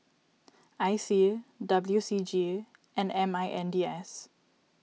I C W C G and M I N D S